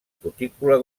cutícula